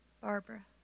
Barbara